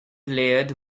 laird